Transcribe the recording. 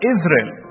Israel